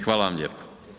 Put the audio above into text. Hvala vam lijepo.